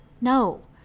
No